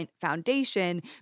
foundation